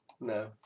No